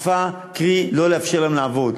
קרי לא לאפשר להם לעבוד.